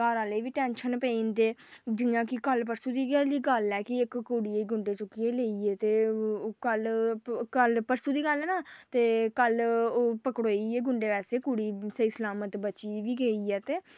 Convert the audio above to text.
घर आह्ले बी टैंशन पेई जंदेदे जि'यां कि कल्ल परसूं दी गै हल्ली गल्ल ऐ कि इक कुड़ी गी गुंडे चुक्कियै लेई गे ते ओह् कल्ल कल्ल परसूं दी गल्ल ऐ ना ते कल्ल ओह् पकड़ोई गे गुंड़े बैसे कुड़ी स्हेई सलामत बची बी गेई ऐ ते